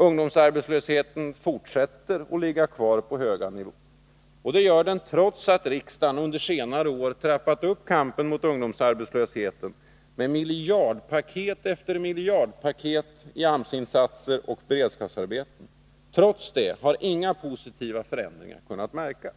Ungdomsarbetslösheten fortsätter att ligga kvar på hög nivå, trots att riksdagen under senare år trappat upp kampen mot ungdomsarbetslösheten med miljardpaket efter miljardpaket i AMS-insatser och beredskapsarbeten. Trots detta har inga positiva förändringar kunnat märkas.